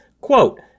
Quote